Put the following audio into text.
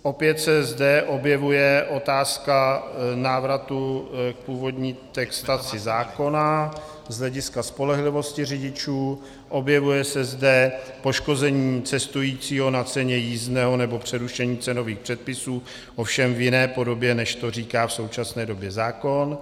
Opět se zde objevuje otázka návratu k původní textaci zákona z hlediska spolehlivosti řidičů, objevuje se zde poškození cestujícího na ceně jízdného nebo porušení cenových předpisů, ovšem v jiné podobě, než to říká v současné době zákon.